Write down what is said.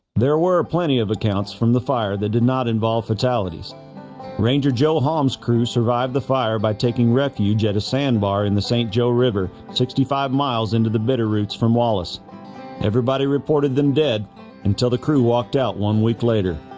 there were plenty of accounts from the fire that did not involve fatalities ranger joe halm's crew survived the fire by taking refuge at a sandbar in the st. joe river sixty-five miles into the bitterroots from wallace everybody reported them dead until the crew walked out one week later